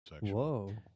Whoa